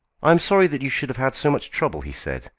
i am sorry that you should have had so much trouble, he said,